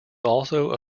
also